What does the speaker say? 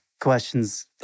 questions